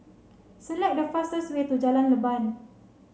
select the fastest way to Jalan Leban